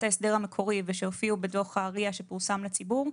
ההסדר המקורי ושהופיעו בדוח ה-RIA שפורסם לציבור.